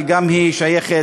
אבל גם היא שייכת,